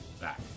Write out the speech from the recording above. back